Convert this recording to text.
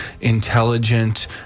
intelligent